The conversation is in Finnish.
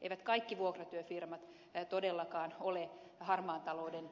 eivät kaikki vuokratyöfirmat todellakaan ole harmaan talouden